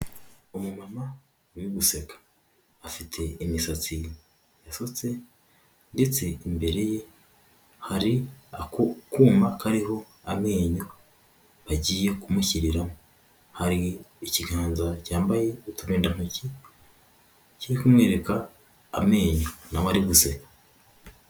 Umu mama ari guseka; afite imisatsi isutse ndetse imbere ye hari ako kuma kariho amenyo, bagiye kumushyirira, hari ikiganza cyambaye uturindantoki kiri kumwereka amenyo nawe ari guseka.